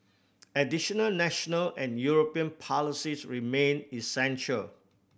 additional national and European policies remain essential